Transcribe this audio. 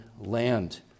land